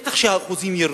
בטח האחוזים ירדו.